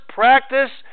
practice